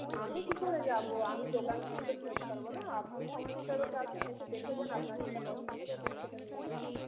আমি কি করে যাবো আমি দোকান ছেড়ে তো বেরতে পারবো না আপনি সময় মতো একবার আসুন এসে দেখে যান আপনার যেটা পছন্দ হবে আপনি সেটা নিয়ে যাবেন